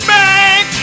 back